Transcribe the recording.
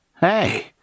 Hey